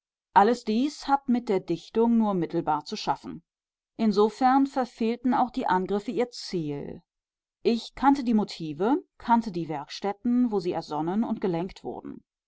alles dies hat mit der dichtung nur mittelbar zu schaffen insofern verfehlten auch die angriffe ihr ziel ich kannte die motive kannte die werkstätten wo sie ersonnen und gelenkt wurden